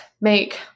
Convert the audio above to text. make